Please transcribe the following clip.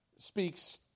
speaks